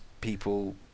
people